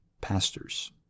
pastors